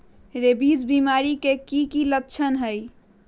rabies बीमारी के कि कि लच्छन हई